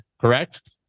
correct